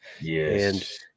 Yes